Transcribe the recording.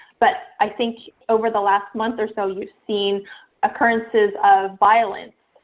but i think over the last month or so you've seen occurrences of violence,